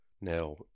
now